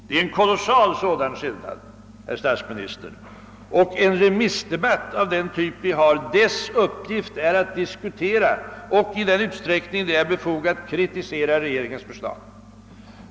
Det är en kolossal sådan skillnad, herr statsminister. Och uppgiften för en remissdebatt av den typ vi har är att diskutera och i den utsträckning det är befogat kritisera regeringens förslag.